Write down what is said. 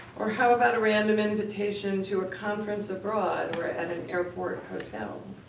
or how about a random invitation to a conference abroad or at an airport hotel?